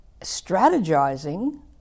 strategizing